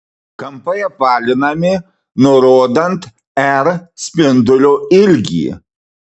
kampai apvalinami nurodant r spindulio ilgį